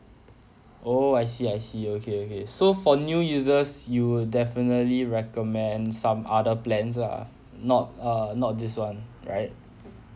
oh I see I see okay okay so for new users you will definitely recommend some other plans ah not err not this [one] right